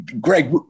Greg